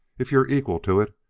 if you're equal to it.